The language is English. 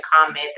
comment